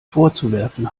vorzuwerfen